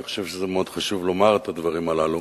אני חושב שמאוד חשוב לומר את הדברים הללו.